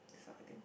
that's what I think